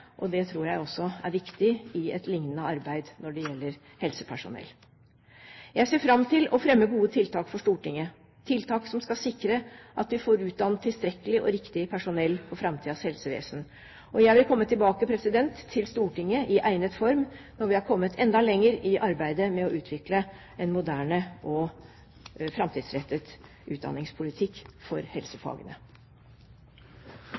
Det tror jeg også er viktig i et lignende arbeid når det gjelder helsepersonell. Jeg ser fram til å fremme gode tiltak for Stortinget, tiltak som skal sikre at vi får utdannet tilstrekkelig og riktig personell i framtidens helsevesen. Jeg vil komme tilbake til Stortinget på egnet måte når vi har kommet enda lenger i arbeidet med å utvikle en moderne og framtidsrettet utdanningspolitikk for